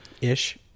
Ish